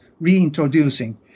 reintroducing